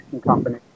company